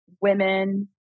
women